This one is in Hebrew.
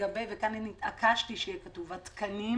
לגבי וכאן התעקשתי שיהיה כתוב התקנים